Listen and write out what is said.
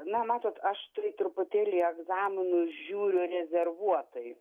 na matot aš tai truputėlį į egzaminus žiūriu rezervuotai